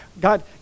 God